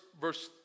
verse